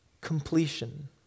completion